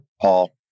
Paul